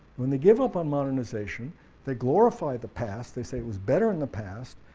when they give up on modernization they glorify the past, they say it was better in the past,